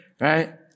right